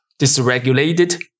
dysregulated